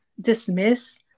dismiss